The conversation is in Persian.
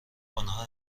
آنها